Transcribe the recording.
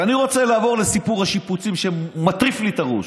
ואני רוצה לעבור לסיפור השיפוצים שמטריף לי את הראש.